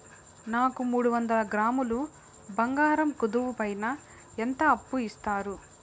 నాకు మూడు వందల గ్రాములు బంగారం కుదువు పైన ఎంత అప్పు ఇస్తారు?